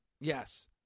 Yes